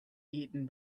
eaten